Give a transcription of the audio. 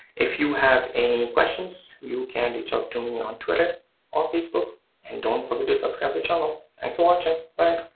if you have any questions you can reach out to me on twitter or facebook and don't forget to subscribe the channel thanks for watching. bye!